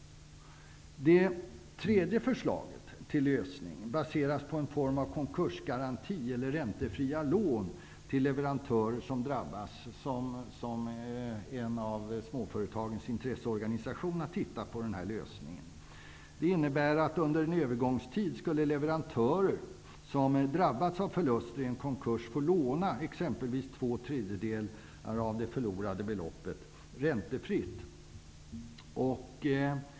Det tredje förslaget till lösning baseras på en form av konkursgaranti eller räntefria lån till leverantörer som drabbas. En av småföretagens intresseorganisationer har tittat närmare på den lösningen. Den innebär att leverantörer som drabbats av förluster i en konkurs under en övergångstid skulle få låna exempelvis två tredjedelar av det förlorade beloppet räntefritt.